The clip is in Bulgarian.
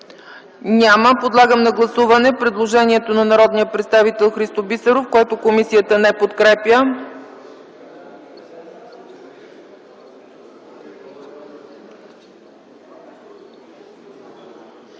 Няма. Подлагам на гласуване предложението на народния представител Христо Бисеров, което комисията не подкрепя.